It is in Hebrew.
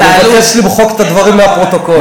אני מבקש למחוק את הדברים מהפרוטוקול.